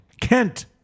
Kent